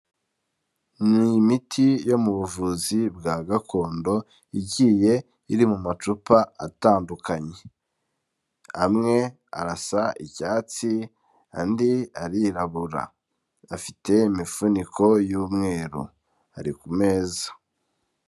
Ni imiti yo mu buvuzi bwa gakondo igiye iri mu macupa atandukanye, amwe arasa icyatsi andi arirabura afite imifuniko y'umweru ari ku meza.